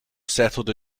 settled